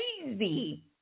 crazy